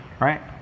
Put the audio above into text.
right